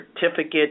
certificate